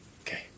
Okay